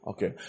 Okay